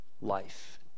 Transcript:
life